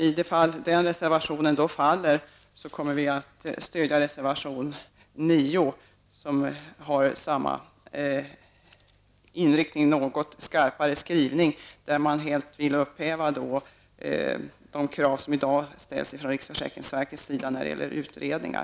Om den reservationen faller, kommer vi att stödja reservation 9, som har samma inriktning, med något skarpare skrivning, där man vill upphäva de krav som i dag ställs från riksförsäkringsverkets sida när det gäller utredningar.